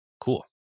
cool